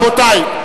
רבותי,